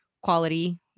quality